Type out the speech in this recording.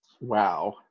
Wow